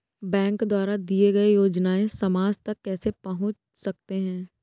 Bank द्वारा दिए गए योजनाएँ समाज तक कैसे पहुँच सकते हैं?